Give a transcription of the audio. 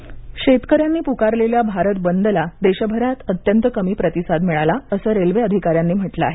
भारत बंद शेतकऱ्यांनी पुकारलेल्या भारत बंद ला देशभरात अत्यंत कमी प्रतिसाद मिळाला असं रेल्वे अधिकाऱ्यानी म्हटलं आहे